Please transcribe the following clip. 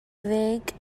vague